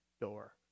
door